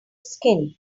skin